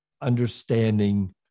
understanding